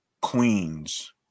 Queens